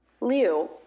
Liu